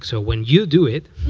like so when you do it,